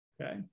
Okay